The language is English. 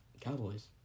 Cowboys